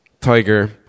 Tiger